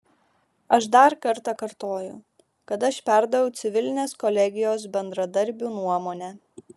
aš dar kartą kartoju kad aš perdaviau civilinės kolegijos bendradarbių nuomonę